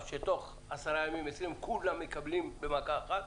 שתוך 10 ימים כולם מקבלים במכה אחת,